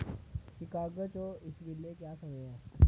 Chicago च इस बेल्लै क्या समें ऐ